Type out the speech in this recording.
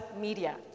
Media